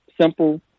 simple